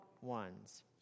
ones